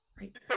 right